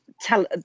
tell